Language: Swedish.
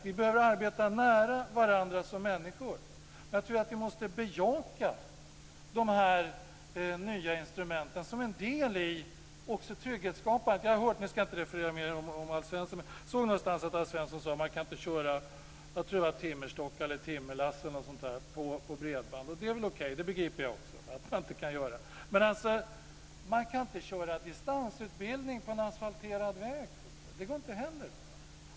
Vi behöver arbeta nära varandra som människor. Jag tror att vi måste bejaka de här nya instrumenten som en del i trygghetsskapandet. Nu ska jag kanske inte referera mer till Alf Svensson, men jag såg någonstans att Alf Svensson sade att man inte kan köra timmerstockar, timmerlass eller något sådant på bredband. Det är begriper jag också att man inte kan göra. Men man kan inte köra distansutbildning på en asfalterad väg. Det går inte heller.